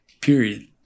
period